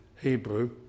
Hebrew